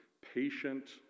patient